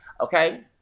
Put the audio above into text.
okay